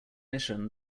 mission